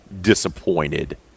disappointed